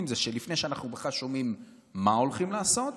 זה שלפני שאנחנו בכלל שומעים מה הולכים לעשות,